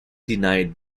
denied